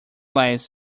lives